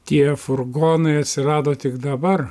tie furgonai atsirado tik dabar